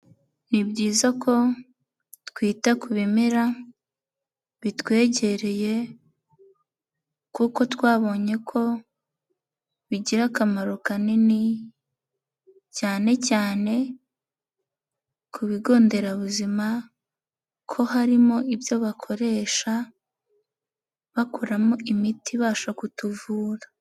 Ni byiza ko twita ku bimera bitwegereye kuko twabonye ko bigira akamaro kanini, cyane cyane ku bigo nderabuzima ko harimo ibyo bakoresha bakoramo imiti ibasha kutuvura.